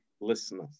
listeners